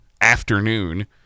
afternoon